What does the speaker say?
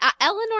Eleanor